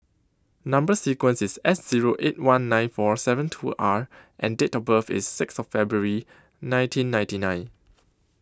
Number sequence IS S Zero eight one nine four seveen two R and Date of birth IS six of February nineteen ninety nine